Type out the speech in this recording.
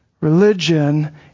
Religion